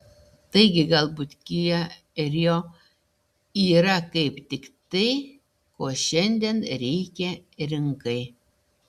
taigi galbūt kia rio yra kaip tik tai ko šiandien reikia rinkai